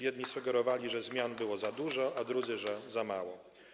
Jedni sugerowali, że zmian było za dużo, a drudzy, że za mało.